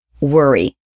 worry